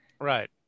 Right